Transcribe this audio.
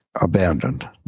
abandoned